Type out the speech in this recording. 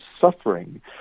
suffering